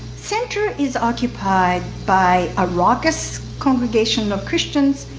center is occupied by a raucous congregation of christians,